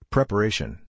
Preparation